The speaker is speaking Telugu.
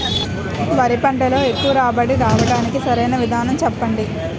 వరి పంటలో ఎక్కువ రాబడి రావటానికి సరైన విధానం చెప్పండి?